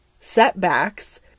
setbacks